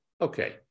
Okay